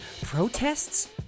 Protests